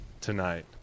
tonight